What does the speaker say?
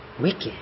wicked